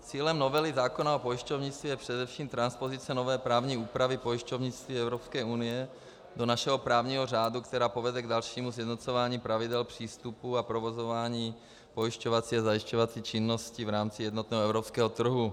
Cílem novely zákona o pojišťovnictví je především transpozice nové právní úpravy pojišťovnictví Evropské unie do našeho právního řádu, která povede k dalšímu sjednocování pravidel přístupu a provozování pojišťovací a zajišťovací činnosti v rámci jednotného evropského trhu.